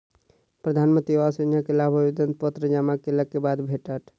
प्रधानमंत्री आवास योजना के लाभ आवेदन पत्र जमा केलक बाद भेटत